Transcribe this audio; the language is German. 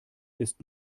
ist